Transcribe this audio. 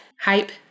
Hype